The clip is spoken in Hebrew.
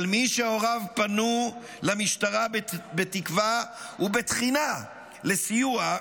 של מי שהוריו פנו למשטרה בתקווה ובתחינה לסיוע,